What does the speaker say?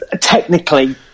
Technically